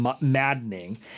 maddening